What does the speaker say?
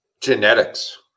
genetics